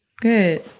Good